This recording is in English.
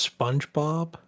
SpongeBob